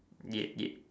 ya ya